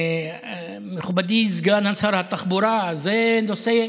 מכובדי סגן שר התחבורה, זה נושא,